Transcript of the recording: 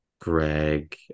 Greg